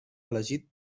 elegit